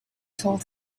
told